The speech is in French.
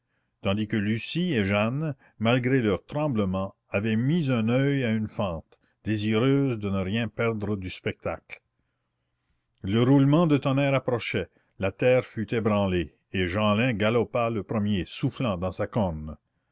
tandis que lucie et jeanne malgré leur tremblement avaient mis un oeil à une fente désireuses de ne rien perdre du spectacle le roulement de tonnerre approchait la terre fut ébranlée et jeanlin galopa le premier soufflant dans sa corne